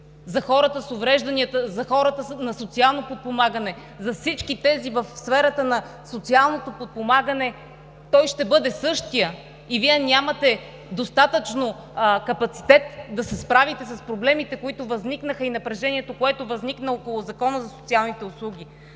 за хората с увреждания, за хората на социално подпомагане, за всички тези в сферата на социалното подпомагане, ще бъде същият. Вие нямате достатъчно капацитет да се справите с проблемите и напрежението, които възникнаха около Закона за социалните услуги!